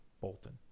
Bolton